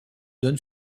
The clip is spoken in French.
donne